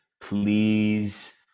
Please